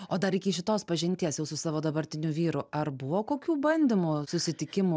o dar iki šitos pažinties jau su savo dabartiniu vyru ar buvo kokių bandymų susitikimų